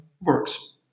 works